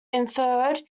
inferred